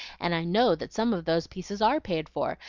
and i know that some of those pieces are paid for,